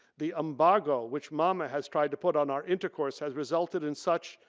the embargo which mama has tried to put on our intercourse has resulted in such,